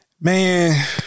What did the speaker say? man